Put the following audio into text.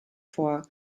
vor